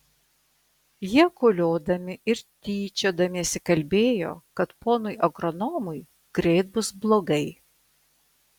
jie koliodami ir tyčiodamiesi kalbėjo kad ponui agronomui greit bus blogai